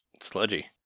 Sludgy